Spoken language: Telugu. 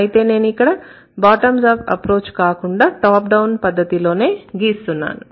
అయితే నేను ఇక్కడ బాటమ్స్ అప్ అప్రోచ్ కాకుండా టాప్ డౌన్ పద్ధతిలోనే గీస్తున్నాను